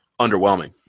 underwhelming